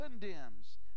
condemns